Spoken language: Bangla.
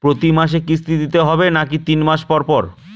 প্রতিমাসে কিস্তি দিতে হবে নাকি তিন মাস পর পর?